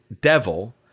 Devil